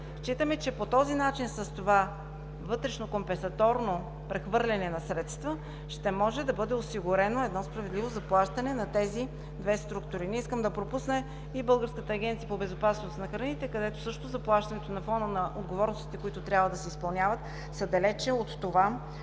Считаме, че по този начин с това вътрешно-компенсаторно прехвърляне на средства ще може да бъде осигурено едно справедливо заплащане на тези две структури. Не искам да пропусна и Българската агенция по безопасност на храните, където също заплащането на фона на отговорностите, които трябва да се изпълняват, са далече от